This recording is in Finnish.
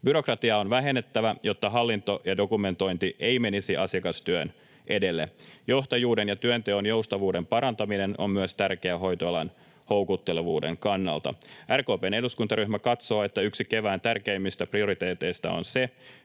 Byrokratiaa on vähennettävä, jotta hallinto ja dokumentointi eivät menisi asiakastyön edelle. Johtajuuden ja työnteon joustavuuden parantaminen on myös tärkeää hoitoalan houkuttelevuuden kannalta. RKP:n eduskuntaryhmä katsoo, että yksi kevään tärkeimmistä prioriteeteista on se,